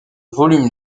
volume